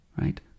right